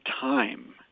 time